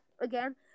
again